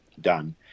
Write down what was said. done